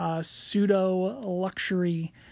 pseudo-luxury